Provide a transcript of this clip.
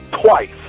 Twice